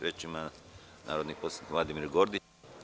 Reč ima narodni poslanik Vladimir Gordić.